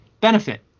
benefit